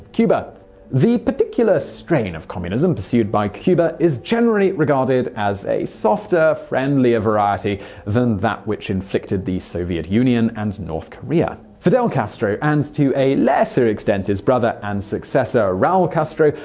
cuba the particular strain of communism pursued by cuba is generally regarded as a softer, friendlier variety than that which infected the soviet union and north korea. fidel castro, and to a lesser extent his brother and successor raul castro,